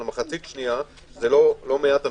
אבל מחצית שנייה לא מעט אנשים,